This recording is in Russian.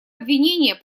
обвинения